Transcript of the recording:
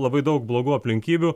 labai daug blogų aplinkybių